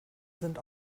sind